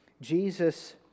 Jesus